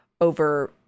over